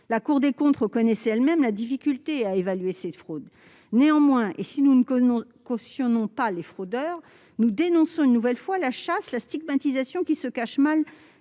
La Cour des comptes reconnaissait elle-même la difficulté à évaluer cette fraude. Néanmoins, si nous ne cautionnons pas les fraudeurs, nous dénonçons une nouvelle fois la chasse et la stigmatisation qui se cachent mal